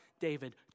David